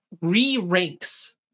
re-ranks